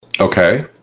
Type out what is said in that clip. Okay